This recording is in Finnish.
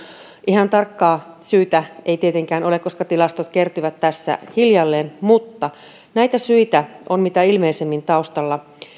ihan tarkkaa syytä ei tietenkään ole koska tilastot kertyvät hiljalleen mutta näitä syitä on mitä ilmeisimmin taustalla